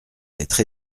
d’être